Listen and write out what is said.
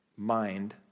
Mind